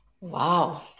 Wow